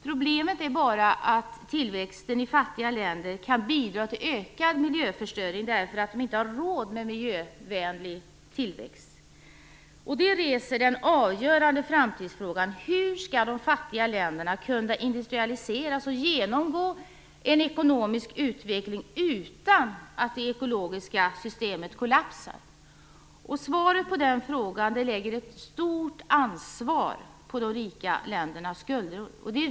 Problemet är bara att tillväxten i fattiga länder kan bidra till ökad miljöförstöring därför att man inte har råd med miljövänlig tillväxt. Det reser den avgörande framtidsfrågan: Hur skall de fattiga länderna kunna industrialiseras och genomgå en ekonomisk utveckling utan att det ekologiska systemet kollapsar? Svaret på den frågan lägger ett stort ansvar på de rika ländernas skuldror.